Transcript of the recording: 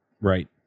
Right